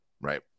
right